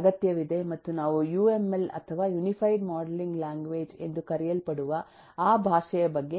ಅಗತ್ಯವಿದೆ ಮತ್ತು ನಾವು ಯುಎಂಎಲ್ ಅಥವಾ ಯುನಿಫೈಡ್ ಮಾಡೆಲಿಂಗ್ ಲ್ಯಾಂಗ್ವೇಜ್ ಎಂದು ಕರೆಯಲ್ಪಡುವ ಆ ಭಾಷೆಯ ಬಗ್ಗೆ ಮಾತನಾಡುತ್ತೇವೆ